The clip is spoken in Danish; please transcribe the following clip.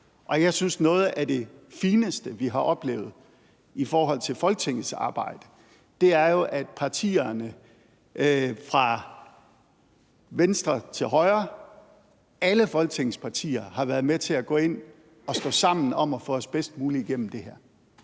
og jeg synes jo, at noget af det fineste, vi har oplevet i forhold til Folketingets arbejde, er, at partierne fra venstre til højre – alle Folketingets partier – har været med til at gå ind og stå sammen om at få os bedst muligt igennem det her.